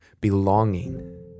Belonging